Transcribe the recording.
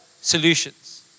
solutions